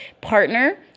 partner